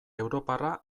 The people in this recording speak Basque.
europarra